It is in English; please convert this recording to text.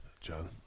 John